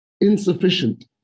insufficient